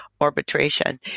arbitration